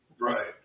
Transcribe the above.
Right